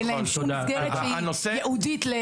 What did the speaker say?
אין להם שום מסגרת שהיא ייעודית.